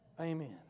Amen